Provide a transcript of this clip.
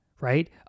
right